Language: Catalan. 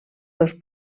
dos